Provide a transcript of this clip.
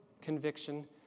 conviction